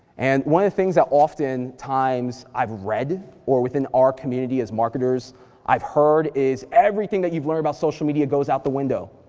and one of the things that often times i've read or within our community as marketers i've heard is everything you've learned about social media goes out the window.